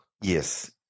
Yes